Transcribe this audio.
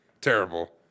Terrible